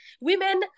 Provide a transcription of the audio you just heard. Women